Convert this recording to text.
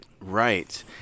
Right